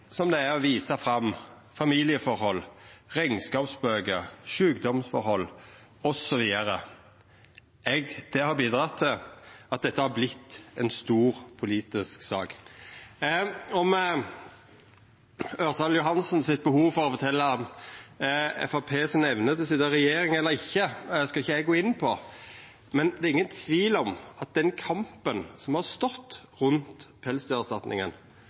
som det er å visa fram familieforhold, rekneskapsbøker, sjukdomsforhold osv. Det har bidratt til at dette har vorte ei stor, politisk sak. Når det gjeld representanten Ørsal Johansens behov for å fortelja om Framstegspartiets evne til å sitja i regjering eller ikkje, skal ikkje eg gå inn på det, men det er ingen tvil om at den kampen som har vore rundt